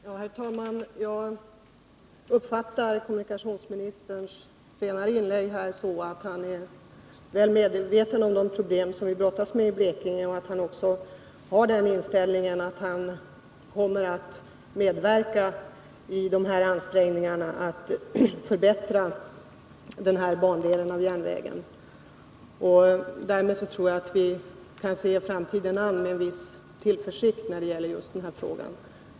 Herr talman! Jag uppfattar kommunikationsministerns senare inlägg så, att han är väl medveten om de problem som vi brottas med i Blekinge och att han också kommer att medverka i de här ansträngningarna för att förbättra denna bandel av järnvägen. Därmed tror jag att vi kan se framtiden an med en viss tillförsikt när det gäller just denna fråga.